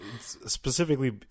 Specifically